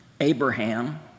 Abraham